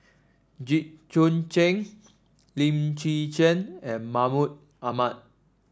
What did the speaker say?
Jit Joon Ch'ng Lim Chwee Chian and Mahmud Ahmad